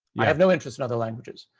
i have no interest in other languages.